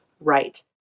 right